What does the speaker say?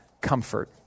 comfort